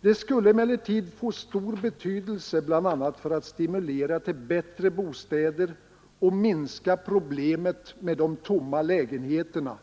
De skulle emellertid få stor betydelse bl.a. för att stimulera till bättre bostäder och minska problemet med de tomma lägenheterna,